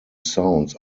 sounds